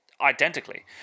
identically